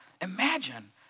imagine